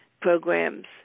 programs